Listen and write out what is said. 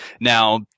Now